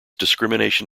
discrimination